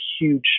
huge